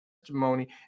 testimony